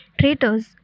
Traitors